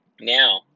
Now